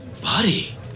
Buddy